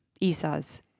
Esau's